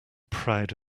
proud